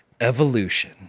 Evolution